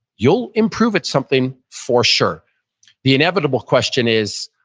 you'll improve at something for sure the inevitable question is,